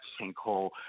sinkhole